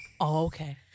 okay